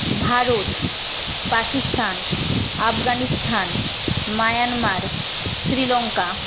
Bharat Pakistan Afghanistan Myanmar Sri Lanka